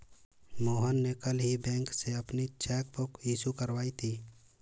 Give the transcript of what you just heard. मोहन ने कल ही बैंक से अपनी चैक बुक इश्यू करवाई थी